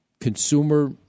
consumer